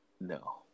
No